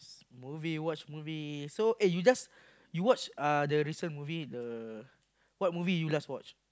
movie watch movie so eh you just you watch uh the recent movie the what movie you last watch